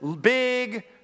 big